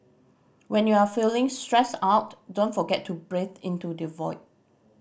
when you are feeling stressed out don't forget to breathe into the void